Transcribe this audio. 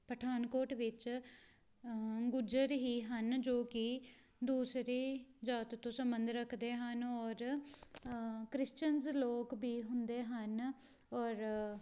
ਪਠਾਨਕੋਟ ਵਿੱਚ ਗੁੱਜਰ ਹੀ ਹਨ ਜੋ ਕਿ ਦੂਸਰੀ ਜਾਤ ਤੋਂ ਸਬੰਧ ਰੱਖਦੇ ਹਨ ਔਰ ਕ੍ਰਿਸਚਨ ਲੋਕ ਵੀ ਹੁੰਦੇ ਹਨ ਔਰ